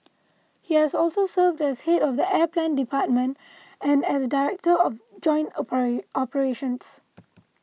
he has also served as head of the air plan department and as director of joint opera operations